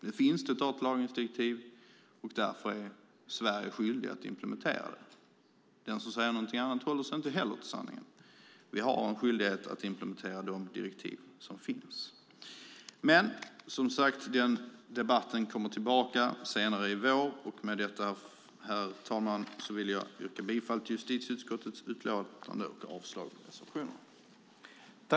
Nu finns det ett sådant, och därför är Sverige skyldigt att implementera det. Den som säger något annat håller sig inte heller till sanningen. Vi har en skyldighet att implementera de direktiv som finns. Debatten återkommer i vår. Nu, herr talman, yrkar jag bifall till utskottets förslag och avslag på reservationerna.